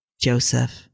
Joseph